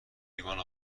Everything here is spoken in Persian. لیوان